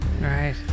right